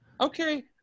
Okay